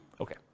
Okay